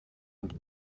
and